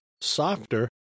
softer